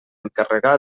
encarregar